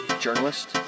journalist